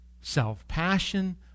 self-passion